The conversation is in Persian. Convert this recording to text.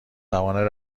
توان